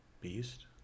Beast